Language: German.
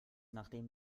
nachdem